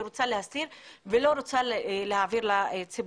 רוצה להסתיר ולא רוצה להעביר לציבור.